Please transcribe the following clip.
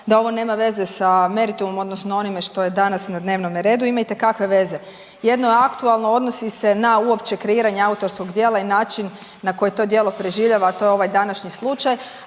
da ovo nema veze sa meritumom odnosno onime što je danas na dnevnome redu, ima itekakve veze. Jedno je aktualno, a odnosi se na uopće kreiranje autorskog djela i način na koji to djelo preživljava, a to je ovaj današnji slučaj.